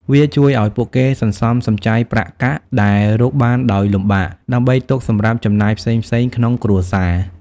វាជួយឲ្យពួកគេសន្សំសំចៃប្រាក់កាក់ដែលរកបានដោយលំបាក ដើម្បីទុកសម្រាប់ចំណាយផ្សេងៗក្នុងគ្រួសារ។